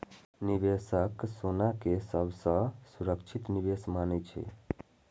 निवेशक सोना कें सबसं सुरक्षित निवेश मानै छै